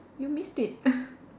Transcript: you missed it